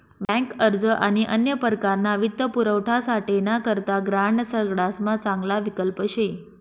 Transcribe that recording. bank अर्ज आणि अन्य प्रकारना वित्तपुरवठासाठे ना करता ग्रांड सगडासमा चांगला विकल्प शे